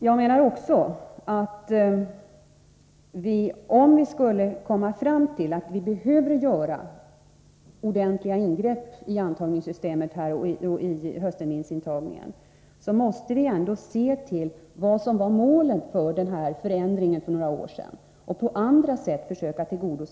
Jag menar också att om vi skulle komma fram till att vi behöver göra ordentliga ingrepp i antagningssystemet — och när det gäller höstterminsintagningen — så måste vi ändå se till vad som var målen för den förändring som gjordes för några år sedan och på andra sätt försöka nå dessa mål.